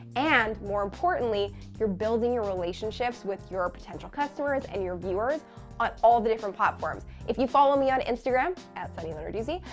and more importantly, you're building your relationships with your potential customers and your viewers on all the different platforms. if you follow me on instagram, sunnylenarduzzi,